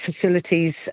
facilities